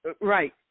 Right